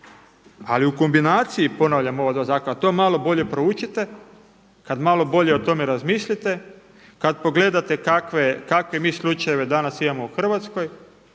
Ali u kombinaciji, ponavljam ova dva zakona, to malo bolje proučite. Kad malo bolje o tome razmislite, kad pogledate kakve mi slučajeve danas imamo u Hrvatskoj,